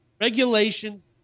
regulations